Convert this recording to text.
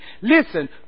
Listen